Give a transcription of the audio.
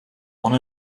one